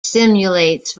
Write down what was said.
simulates